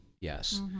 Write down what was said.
Yes